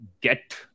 get